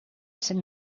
cent